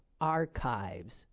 Archives